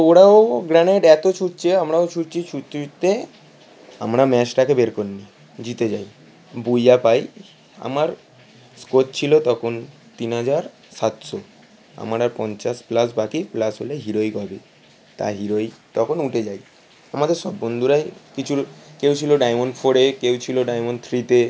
ওরাও গ্রেনেড এতো ছুড়ছে আমরাও ছুড়ছি ছুড়তে ছুড়তে আমরা ম্যাচটাকে বের করে নিই জিতে যাই পাই আমার স্কোর ছিলো তখন তিন হাজার সাতশো আমার আর পঞ্চাশ প্লাস বাকি প্লাস হলে হিরোই পাবে তা হিরোই তখন উঠে যাই আমাদের সব বন্ধুরাই কিছু কেউ ছিলো ডায়মন্ড ফোরে কেউ ছিলো ডায়মন্ড থ্রিতে